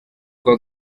kwa